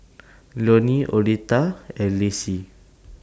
Lonie Oleta and Lacy